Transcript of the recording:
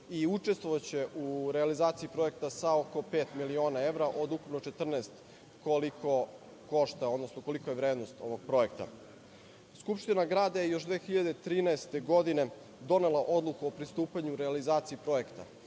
učestvovaće u realizaciji projekta sa oko pet miliona evra, od ukupno 14 kolika je vrednost ovog projekta. Skupština grada je još 2013. godine donela odluku o pristupanju realizaciji projekta.